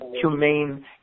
humane